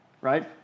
Right